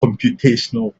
computational